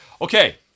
okay